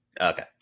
Okay